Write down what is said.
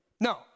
No